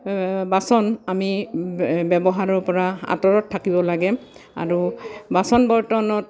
বাচন আমি ব্যৱহাৰৰ পৰা আতঁৰত থাকিব লাগে আৰু বাচন বৰ্তনত